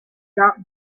dark